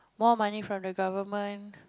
more money from the government